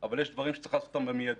אבל יש דברים שצריך לעשות אותם במיידי.